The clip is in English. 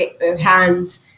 hands